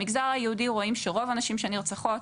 במגזר היהודי רואים שרוב הנשים שנרצחות,